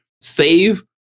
save